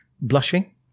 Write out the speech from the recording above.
Blushing